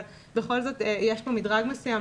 אבל בכל זאת יש כאן מדרג מסוים.